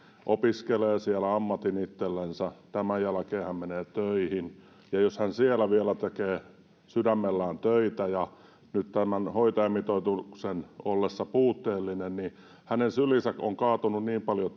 opiskelee siitä ammatin itsellensä tämän jälkeen hän menee töihin ja hän siellä vielä tekee sydämellään töitä mutta nyt tämän hoitajamitoituksen ollessa puutteellinen hänen hänen syliinsä on kaatunut niin paljon